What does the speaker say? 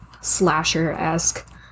slasher-esque